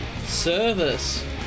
service